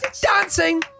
Dancing